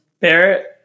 Barrett